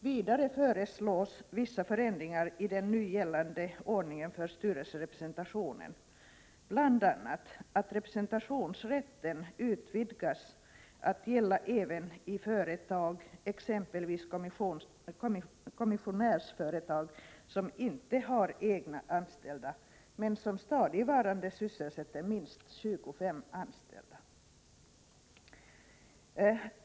Vidare föreslås vissa förändringar i den nu gällande ordningen för styrelserepresentationen, bl.a. att representationsrätten utvidgas att gälla även i företag, exempelvis kommissionärsföretag som inte har egna anställda men som stadigvarande sysselsätter minst 25 arbetstagare.